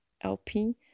LP